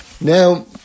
Now